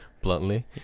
bluntly